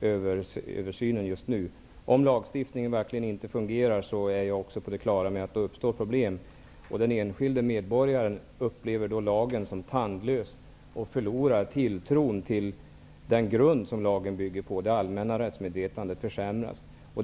översyn just nu. Om lagstiftningen verkligen inte fungerar uppstår problem -- det är jag också på det klara med. Den enskilde medborgaren upplever då lagen som tandlös och förlorar tilltron till den grund som lagen bygger på, och det allmänna rättsmedvetandet försämras då.